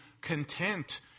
content